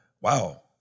wow